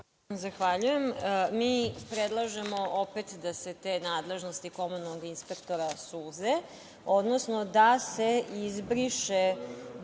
Zahvaljujem. Mi predlažemo opet da se te nadležnosti komunalnog inspektora suze, odnosno da se izbriše